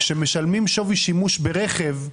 שמשלמים שווי שימוש ברכב,